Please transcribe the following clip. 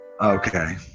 Okay